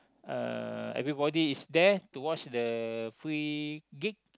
uh everybody is there to watch the free gig